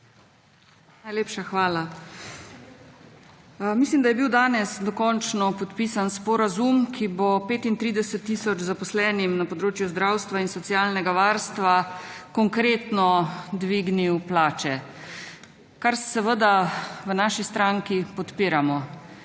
Najlepša hvala. Mislim, da je bil danes dokončno podpisan sporazum, ki bo 35 tisoč zaposlenim na področju zdravstva in socialnega varstva konkretno dvignil plače, kar seveda v naši stranki podpiramo.